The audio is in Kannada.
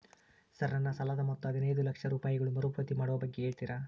ಸರ್ ನನ್ನ ಸಾಲದ ಮೊತ್ತ ಹದಿನೈದು ಲಕ್ಷ ರೂಪಾಯಿಗಳು ಮರುಪಾವತಿ ಮಾಡುವ ಬಗ್ಗೆ ಹೇಳ್ತೇರಾ?